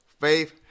Faith